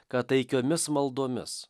kad taikiomis maldomis